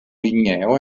ligneo